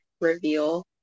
reveal